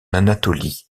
anatolie